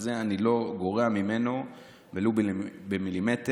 שאת זה אני לא גורע ממנו ולו במילימטר.